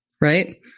right